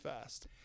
fast